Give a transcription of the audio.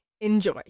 Enjoy